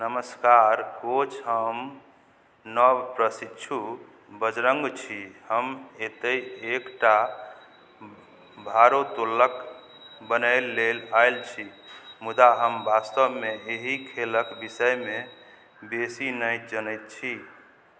नमस्कार कोच हम नव प्रशिक्षु बजरङ्ग छी हम एतए एकटा भारोत्तोलक बनै लेल आएल छी मुदा हम वास्तवमे एहि खेलके विषयमे बेसी नहि जनैत छी